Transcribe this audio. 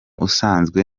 usanzwe